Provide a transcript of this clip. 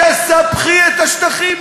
תספחי את השטחים,